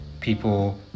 people